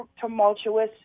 tumultuous